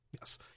Yes